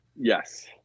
Yes